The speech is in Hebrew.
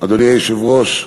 אדוני היושב-ראש,